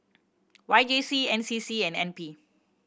Y J C N C C and N P